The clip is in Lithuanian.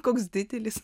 koks didelis